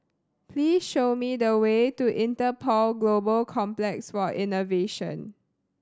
please show me the way to Interpol Global Complex for Innovation